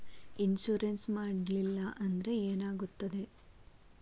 Insurance ಮಾಡಲಿಲ್ಲ ಅಂದ್ರೆ ಏನಾಗುತ್ತದೆ?